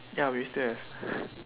ya we still have